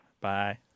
Bye